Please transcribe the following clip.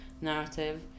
narrative